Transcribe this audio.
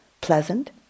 pleasant